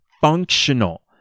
functional